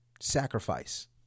sacrifice